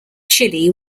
chile